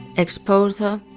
exposure,